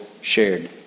shared